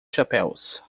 chapéus